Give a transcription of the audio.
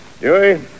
Joey